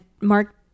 Mark